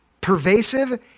pervasive